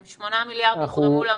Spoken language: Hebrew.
אם שמונה מיליארד הוזרמו למערכת,